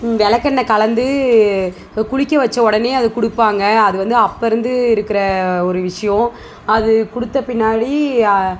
வெளக்கெண்ணெய் கலந்து குளிக்க வச்ச உடனே அதை கொடுப்பாங்க அதுவந்து அப்போ இருந்து இருக்கிற ஒரு விஷயம் அது கொடுத்த பின்னாடி